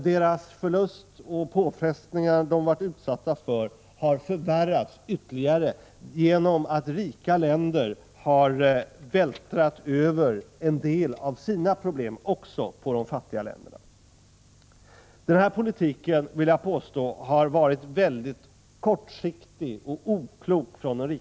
Deras förlust och de påfrestningar de varit utsatta för har förvärrats ytterligare genom att rika länder har vältrat över en del av sina problem på dem. Denna politik från de rika ländernas sida har, vill jag påstå, varit mycket kortsiktig och oklok.